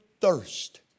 thirst